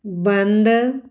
ਬੰਦ